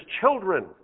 children